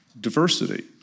diversity